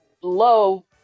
low